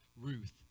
Ruth